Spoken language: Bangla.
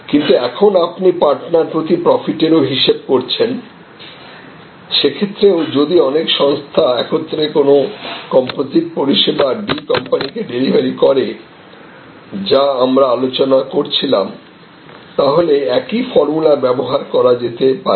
কিন্তু এখন আপনি পার্টনার প্রতি প্রফিটের ও হিসেব করছেন সেক্ষেত্রেও যদি অনেক সংস্থা একত্রে কোন কম্পোজিট পরিষেবা D কোম্পানিকে ডেলিভারি করে যা আমরা আলোচনা করছিলাম তাহলে একই ফর্মুলা ব্যবহার করা যেতে পারে